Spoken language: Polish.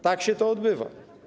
Tak się to odbywa.